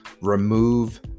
remove